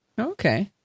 Okay